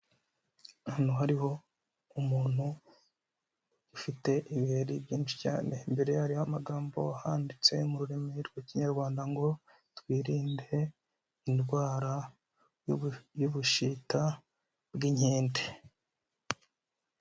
Ahantu hariho umuntu ufite ibiheri byinshi cyane, imbere ye hariho amagambo handitse mu rurimi rw'ikinyarwanda ngo twirinde indwara y'ubushita bw'inkende.